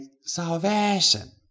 salvation